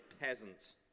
peasant